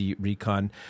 Recon